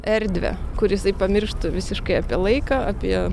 erdvę kur jisai pamirštų visiškai apie laiką apie